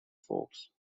forbes